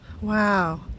Wow